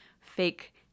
fake